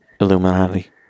Illuminati